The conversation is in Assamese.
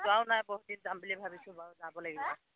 যোৱাও নাই বহুদিন যাম বুলি ভাবিছোঁ বাৰু যাব লাগিব